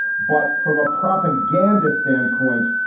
but from a propaganda standpoint,